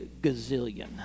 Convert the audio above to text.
gazillion